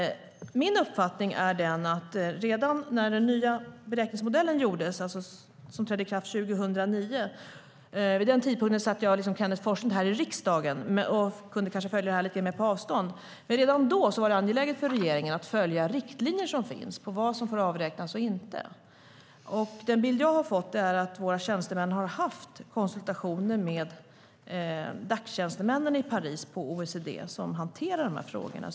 Min uppfattning är att redan när den nya beräkningsmodellen, som trädde i kraft 2009, kom - då jag som Kenneth G Forslund satt här i riksdagen och kunde följa det här lite mer på avstånd - var det angeläget för regeringen att följa de riktlinjer som finns för vad som får avräknas och inte. Den bild jag har fått är att våra tjänstemän har haft konsultationer med Dac-tjänstemännen på OECD i Paris som hanterar de här frågorna.